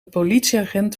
politieagent